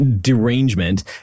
derangement